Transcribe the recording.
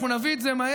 אנחנו נביא את זה מהר.